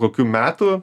kokių metų